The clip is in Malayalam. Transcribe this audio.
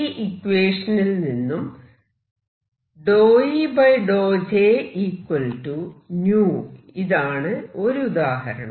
ഈ ഇക്വേഷനിൽ നിന്നും ഇതാണ് ഒരു ഉദാഹരണം